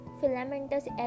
filamentous